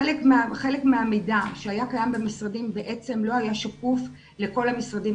חלק מהמידע שהיה קיים במשרדים בעצם לא היה שקוף לכל המשרדים